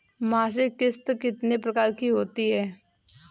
मासिक किश्त कितने प्रकार की होती है?